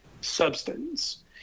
substance